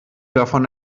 davon